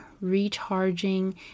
recharging